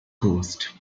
coast